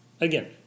Again